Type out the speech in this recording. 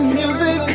music